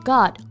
God